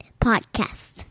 Podcast